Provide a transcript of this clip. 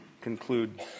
conclude